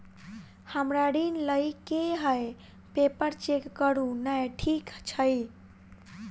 हमरा ऋण लई केँ हय पेपर चेक करू नै ठीक छई?